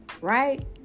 Right